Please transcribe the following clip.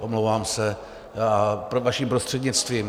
Omlouvám se, vaším prostřednictvím.